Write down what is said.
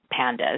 pandas